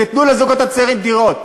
תנו לזוגות הצעירים דירות.